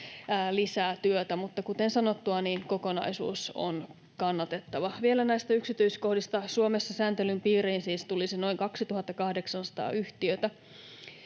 lisää työtä, mutta kuten sanottua, niin kokonaisuus on kannatettava. Vielä näistä yksityiskohdista: Suomessa sääntelyn piiriin siis tulisi noin 2 800 yhtiötä